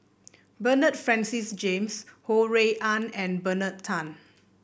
Bernard Francis James Ho Rui An and Bernard Tan